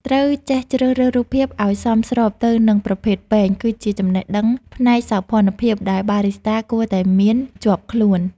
ត្រូវចេះជ្រើសរើសរូបភាពឱ្យសមស្របទៅនឹងប្រភេទពែង គឺជាចំណេះដឹងផ្នែកសោភ័ណភាពដែលបារីស្តាគួរតែមានជាប់ខ្លួន។